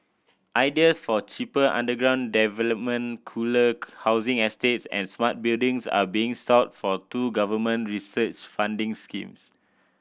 ideas for cheaper underground development cooler housing estates and smart buildings are being sought for two government research funding schemes